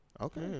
Okay